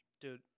Dude